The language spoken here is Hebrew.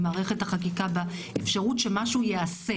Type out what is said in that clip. במערכת החקיקה ובאפשרות שמשהו ייעשה.